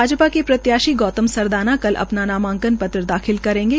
भाजपा के प्रत्याशी गोतम सरदाना कल अपना नामांकन पत्र दाखिल करेंगे